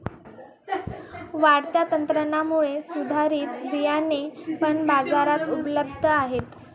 वाढत्या तंत्रज्ञानामुळे सुधारित बियाणे पण बाजारात उपलब्ध आहेत